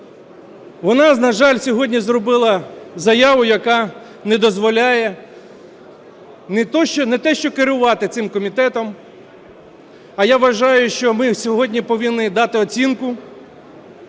вона, на жаль, сьогодні зробила заяву, яка не дозволяє не те що керувати цим комітетом, а я вважаю, що ми сьогодні повинні дати оцінку